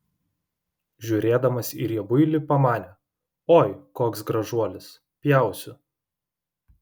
žiūrėdamas į riebuilį pamanė oi koks gražuolis pjausiu